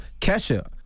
Kesha